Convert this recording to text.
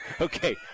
Okay